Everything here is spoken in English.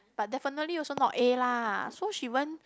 but definitely also not A lah so she won't